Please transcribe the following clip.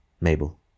Mabel